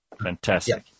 Fantastic